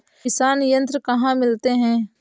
किसान यंत्र कहाँ मिलते हैं?